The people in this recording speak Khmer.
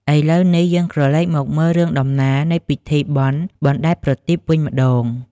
ឥឡូវនេះយើងក្រឡេកមកមើលរឿងដំណាលនៃពិធីបុណ្យបណ្ដែតប្រទីបវិញម្តង។